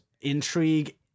intrigue